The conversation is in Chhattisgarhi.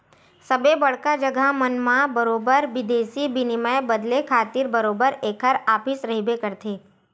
सबे बड़का जघा मन म बरोबर बिदेसी बिनिमय बदले खातिर बरोबर ऐखर ऑफिस रहिबे करथे